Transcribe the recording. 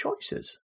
choices